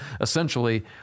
essentially